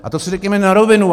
A to si řekněme na rovinu!